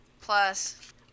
plus